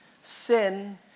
Sin